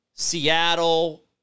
Seattle